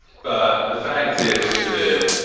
but the fact is the.